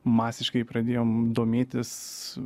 masiškai pradėjom domėtis